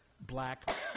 black